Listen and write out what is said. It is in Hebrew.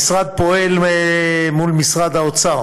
המשרד פועל מול משרד האוצר